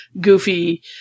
goofy